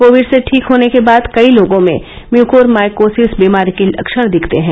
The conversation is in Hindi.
कोविड से ठीक होने के बाद कई लोगो में म्यूकोरमाइकोसिस वीमारी के लक्षण दिखते है